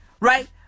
right